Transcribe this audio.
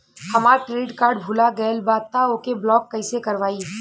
हमार credit card भुला गएल बा त ओके ब्लॉक कइसे करवाई?